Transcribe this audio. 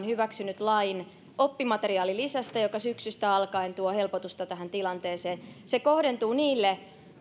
hyväksynyt lain oppimateriaalilisästä joka syksystä alkaen tuo helpotusta tähän tilanteeseen se kohdentuu